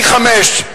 פי-חמישה.